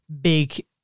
big